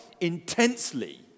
intensely